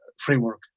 framework